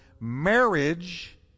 marriage